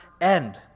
end